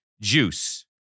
Juice